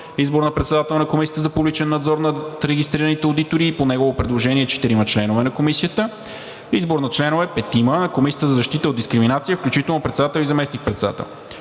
избор на председател на Комисията за публичен надзор над регистрираните одитори и по негово предложение четирима членове на Комисията, избор на членове на Комисията за защита от дискриминация – петима, включително председател и заместник-председател.